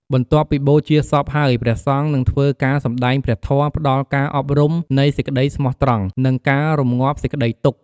បន្ទាប់ពីបូជាសពហើយ ព្រះសង្ឃនិងធ្វើការសម្ដែងព្រះធម៌ផ្តល់ការអប់រំនៃសេចក្ដីស្មោះត្រង់ និងការរំងាប់សេចក្តីទុក្ខ។